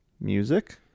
music